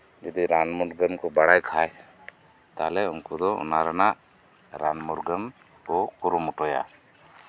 ᱡᱚᱫᱤ ᱨᱟᱱ ᱢᱩᱨᱜᱟᱹᱱ ᱠᱚ ᱵᱟᱲᱟᱭ ᱠᱷᱟᱱ ᱛᱟᱦᱞᱮ ᱩᱱᱠᱩ ᱫᱚ ᱚᱱᱟ ᱨᱮᱱᱟᱜ ᱨᱟᱱ ᱢᱩᱨᱜᱟᱹᱱ ᱠᱚ ᱠᱩᱨᱩᱢᱩᱴᱩᱭᱟ